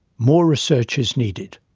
more research is needed.